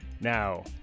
Now